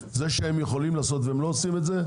זה שהם יכולים לעשות את זה והם לא עושים את זה,